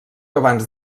abans